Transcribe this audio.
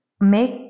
make